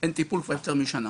ואין טיפול כבר יותר משנה,